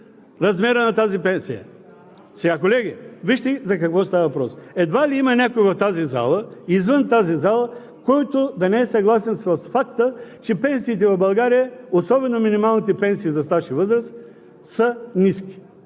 размера на тази пенсия. Колеги, вижте за какво става въпрос. Едва ли има някой в тази зала и извън тази зала, който да не е съгласен с факта, че пенсиите в България, особено минималните пенсии за стаж и възраст, са ниски.